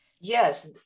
Yes